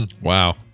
Wow